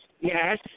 Yes